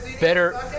better